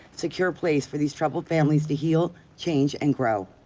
secure place for these troubled families to heal, change, and grow.